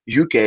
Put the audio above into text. UK